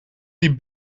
die